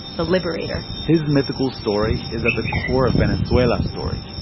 the liberator his mythical story is at the core of venezuela's story.